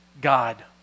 God